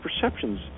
perceptions